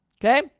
Okay